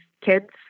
kids